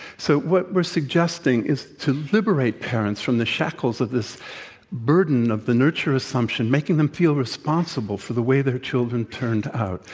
so, what we're suggesting is to liberate parents from the shackles of this burden of the nurture assumption, making them feel responsible for the way their children turned out.